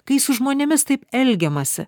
kai su žmonėmis taip elgiamasi